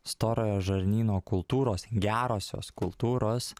storojo žarnyno kultūros gerosios kultūros